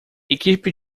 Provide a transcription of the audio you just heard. equipe